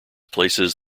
places